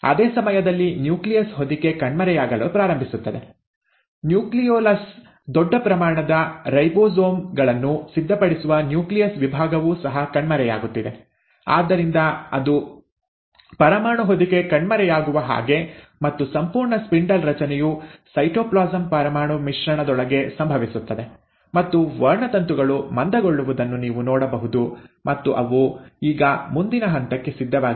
ಅದೇ ಸಮಯದಲ್ಲಿ ನ್ಯೂಕ್ಲಿಯಸ್ ಹೊದಿಕೆ ಕಣ್ಮರೆಯಾಗಲು ಪ್ರಾರಂಭಿಸುತ್ತದೆ ನ್ಯೂಕ್ಲಿಯೊಲಸ್ ದೊಡ್ಡ ಪ್ರಮಾಣದ ರೈಬೋಸೋಮ್ ಗಳನ್ನು ಸಿದ್ಧಪಡಿಸುವ ನ್ಯೂಕ್ಲಿಯಸ್ ವಿಭಾಗವೂ ಸಹ ಕಣ್ಮರೆಯಾಗುತ್ತಿದೆ ಆದ್ದರಿಂದ ಅದು ಪರಮಾಣು ಹೊದಿಕೆ ಕಣ್ಮರೆಯಾಗುವ ಹಾಗೆ ಮತ್ತು ಸಂಪೂರ್ಣ ಸ್ಪಿಂಡಲ್ ರಚನೆಯು ಸೈಟೋಪ್ಲಾಸಂ ಪರಮಾಣು ಮಿಶ್ರಣದೊಳಗೆ ಸಂಭವಿಸುತ್ತದೆ ಮತ್ತು ವರ್ಣತಂತುಗಳು ಮಂದಗೊಳ್ಳುವುದನ್ನು ನೀವು ನೋಡಬಹುದು ಮತ್ತು ಅವು ಈಗ ಮುಂದಿನ ಹಂತಕ್ಕೆ ಸಿದ್ಧವಾಗಿವೆ